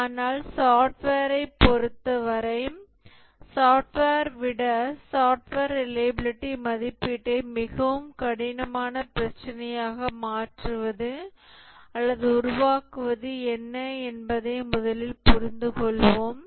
ஆனால் சாஃப்ட்வேர்ப் பொறுத்தவரை சாஃப்ட்வேர் விட சாஃப்ட்வேர் ரிலையபிலிடி மதிப்பீட்டை மிகவும் கடினமான பிரச்சினையாக மாற்றுவது அல்லது உருவாக்குவது என்ன என்பதை முதலில் புரிந்துகொள்வோம்